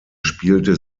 spielte